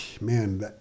man